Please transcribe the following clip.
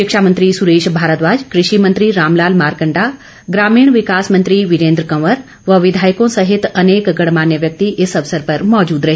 शिक्षा मंत्री सुरेश भारद्वाज कृषि मंत्री रामलाल मारकण्डा ग्रामीण विकास मंत्री वीरेन्द्र कंवर व विधायकों सहित अनेक गणमान्य व्यक्ति इस अवसर पर मौजूद रहे